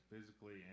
physically